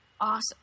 awesome